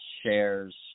shares